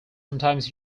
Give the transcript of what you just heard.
sometimes